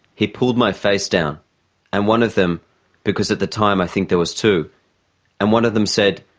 he pulled my face down and one of them because at the time i think there was two and one of them said,